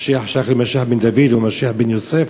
שייך למשיח בן דוד או משיח בן יוסף.